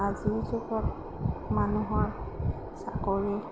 আজিৰ যুগত মানুহৰ চাকৰি